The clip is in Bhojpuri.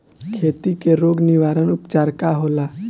खेती के रोग निवारण उपचार का होला?